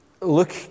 look